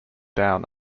down